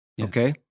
Okay